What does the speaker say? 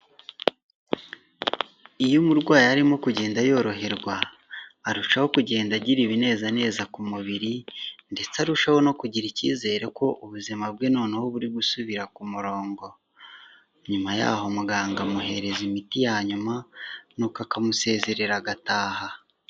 Iyo umurwayi arimo kugenda yoroherwa, arushaho kugenda agira ibinezaneza ku mubiri ndetse arushaho no kugira icyizere ko ubuzima bwe noneho buri gusubira ku murongo. Nyuma yaho muganga amuhereza imiti ya nyuma ni uko akamusezerera agataha.